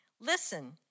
Listen